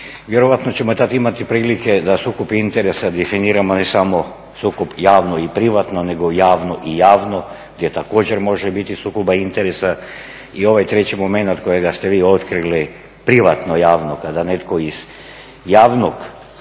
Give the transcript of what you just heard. Vjerojatno ćemo tad imati prilike da sukob interesa definiramo ne samo sukob javno i privatno nego javno i javno gdje također može biti sukoba interesa. I ovaj treći moment kojega ste vi otkrili, privatno-javno kada netko iz javne